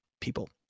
people